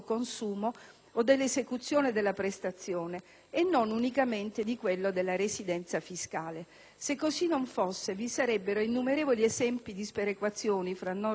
o dell'esecuzione della prestazione e non unicamente di quello della residenza fiscale. Se così non fosse, vi sarebbero innumerevoli esempi di sperequazioni fra Nord e Sud,